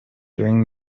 during